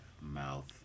Mouth